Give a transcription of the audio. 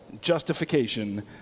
justification